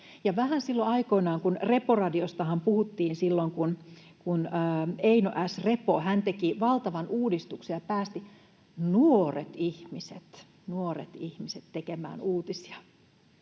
Silloin aikoinaanhan puhuttiin Reporadiosta, kun Eino S. Repo teki valtavan uudistuksen ja päästi nuoret ihmiset — nuoret ihmiset!